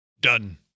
Done